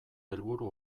helburu